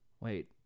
Wait